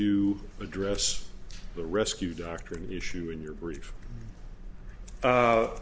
you address the rescue doctrine issue in your brief